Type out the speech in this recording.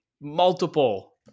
multiple